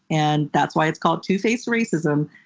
and that's why it's called two-faced racism,